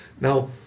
Now